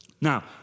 Now